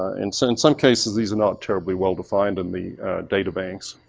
ah in so in some cases, these are not terribly well-defined in the data banks.